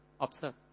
observe